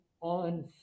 on